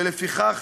ולפיכך,